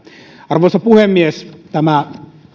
arvoisa puhemies tämä